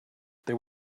there